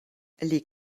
les